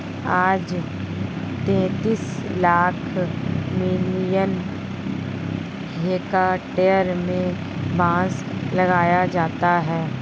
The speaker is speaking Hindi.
आज तैंतीस लाख मिलियन हेक्टेयर में बांस लगाया जाता है